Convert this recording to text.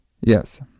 Yes